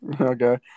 Okay